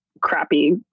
crappy